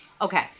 okay